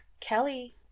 Kelly